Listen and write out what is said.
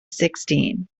sixteen